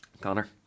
Connor